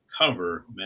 cover